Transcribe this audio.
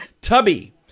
Tubby